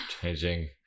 changing